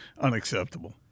unacceptable